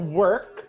work